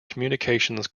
communications